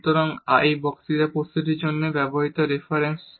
এগুলি হল বক্তৃতা প্রস্তুতি জন্য ব্যবহৃত রেফারেন্স